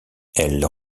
elles